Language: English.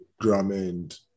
Drummond